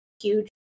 huge